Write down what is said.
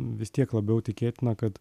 vis tiek labiau tikėtina kad